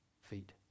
feet